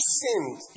sinned